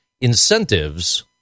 incentives